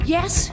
Yes